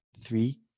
three